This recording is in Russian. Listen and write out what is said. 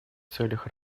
целях